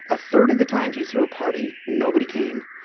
a third of the time you threw a party, nobody came.